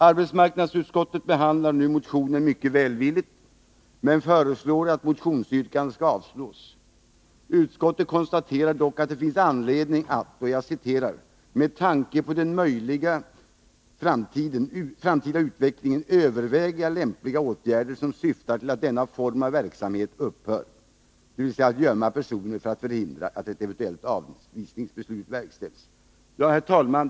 Arbetsmarknadsutskottet behandlar nu motionen mycket välvilligt, men föreslår att motionsyrkandet skall avslås. Utskottet konstaterar dock att det finns anledning att ”med tanke på den möjliga framtida utvecklingen överväga lämpliga åtgärder som syftar till att denna form av verksamhet upphör”, dvs. att gömma personer för att förhindra att ett eventuellt avvisningsbeslut verkställs. Herr talman!